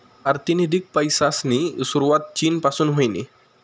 पारतिनिधिक पैसासनी सुरवात चीन पासून व्हयनी